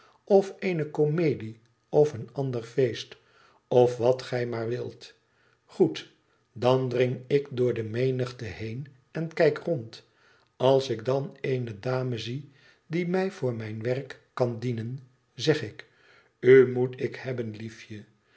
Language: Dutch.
of eene comedie of een ander feest of wat gij maar wilt goed dan dring ik door de menigte heen en kijk rond als ik dan eene dame zie die mij voor mijn werk kan dienen zeg ik t u moet ik hebben liefje